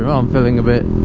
um feeling a bit